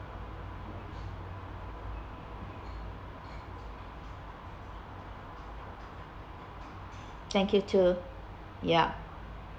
thank you too ya